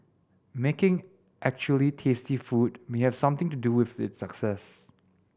making actually tasty food may have something to do with its success